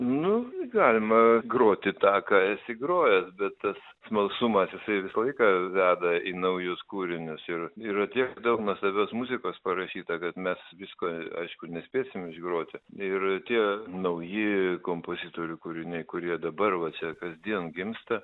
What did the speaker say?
nu galima groti tą ką esi grojęs bet tas smalsumas jisai visą laiką veda į naujus kūrinius ir yra tiek daug nuostabios muzikos parašyta kad mes visko aišku nespėsim išgroti ir tie nauji kompozitorių kūriniai kurie dabar va čia kasdien gimsta